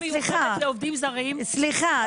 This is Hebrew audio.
סליחה,